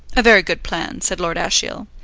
a very good plan, said lord ashiel.